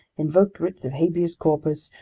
invoked writs of habeas corpus,